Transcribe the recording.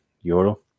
euro